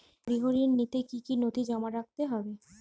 গৃহ ঋণ নিতে কি কি নথি জমা রাখতে হবে?